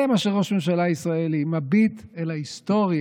זה מה שראש ממשלה ישראלי, מביט אל ההיסטוריה,